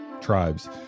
tribes